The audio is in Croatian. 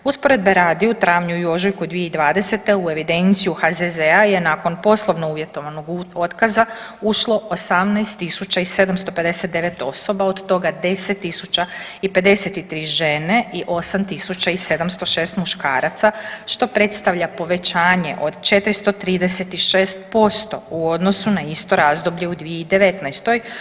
Usporedbe radi u travnju i ožujku 2020. u evidenciju HZZ-a je nakon poslovno uvjetovanog otkaza ušlo 18759 osoba, od toga 10053 žene i 8706 muškaraca što predstavlja povećanje od 436% u odnosu na isto razdoblje u 2019.